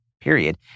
period